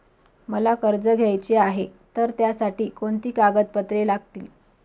मला कर्ज घ्यायचे आहे तर त्यासाठी कोणती कागदपत्रे लागतील?